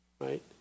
right